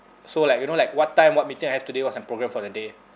so like you know like what time what meeting I have today what's my program for the day